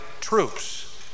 troops